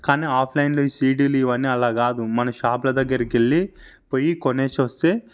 కానీ ఆఫ్లైన్లో ఈ సీడీలు ఇవన్నీ అలాకాదు మనం షాప్లు దగ్గరకి వెళ్ళి పోయి కొనేసి ఒస్తే